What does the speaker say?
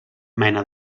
mena